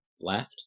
left